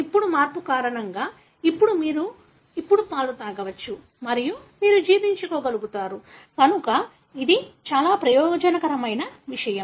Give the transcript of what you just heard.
ఇప్పుడు మార్పు కారణంగా ఇప్పుడు మీరు ఇప్పుడు పాలు తాగవచ్చు మరియు మీరు జీర్ణించుకోగలుగుతారు కనుక ఇది ప్రయోజనకరమైన విషయం